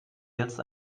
jetzt